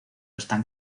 están